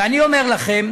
ואני אומר לכם,